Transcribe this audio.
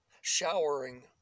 showering